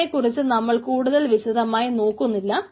അതിനെക്കുറിച്ച് നമ്മൾ കൂടുതൽ വിശദമായി നോക്കുന്നില്ല